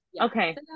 Okay